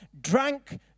drank